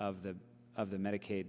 of the of the medicaid